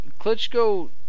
Klitschko